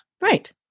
Right